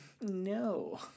no